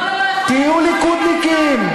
תהיו ליכודניקים.